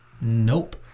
Nope